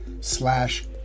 slash